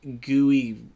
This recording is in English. gooey